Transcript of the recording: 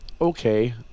Okay